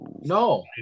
No